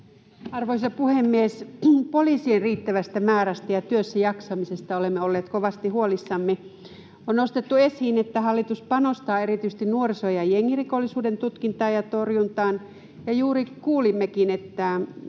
Arvoisa puhemies! Poliisien riittävästä määrästä ja työssäjaksamisesta olemme olleet kovasti huolissamme. On nostettu esiin, että hallitus panostaa erityisesti nuoriso- ja jengirikollisuuden tutkintaan ja torjuntaan, ja juuri kuulimmekin, että